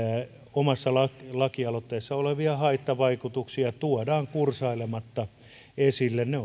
omassa lakialoitteessa olevia haittavaikutuksia tuodaan kursailematta esille ne